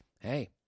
Hey